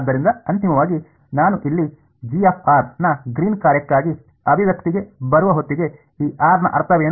ಆದ್ದರಿಂದ ಅಂತಿಮವಾಗಿ ನಾನು ಇಲ್ಲಿ ನ ಗ್ರೀನ್ ಕಾರ್ಯಕ್ಕಾಗಿ ಅಭಿವ್ಯಕ್ತಿಗೆ ಬರುವ ಹೊತ್ತಿಗೆ ಈ r ನ ಅರ್ಥವೇನು